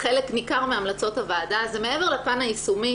חלק ניכר מהמלצות הוועדה זה מעבר לפן היישומי.